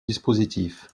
dispositif